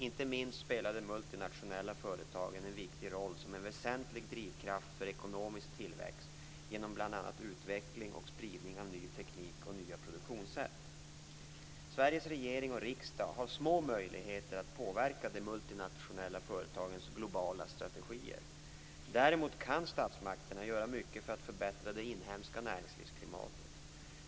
Inte minst spelar de multinationella företagen en viktig roll som en väsentlig drivkraft för ekonomisk tillväxt genom bl.a. utveckling och spridning av ny teknik och nya produktionssätt. Sveriges regering och riksdag har små möjligheter att påverka de multinationella företagens globala strategier. Däremot kan statsmakterna göra mycket för att förbättra det inhemska näringsklimatet.